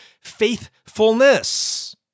faithfulness